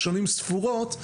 שנים ספורות,